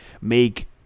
make